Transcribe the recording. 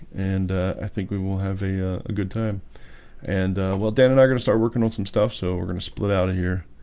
and i think we will have a good time and well dan, and i are gonna start working on some stuff. so we're gonna split out of here